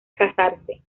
casarse